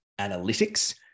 analytics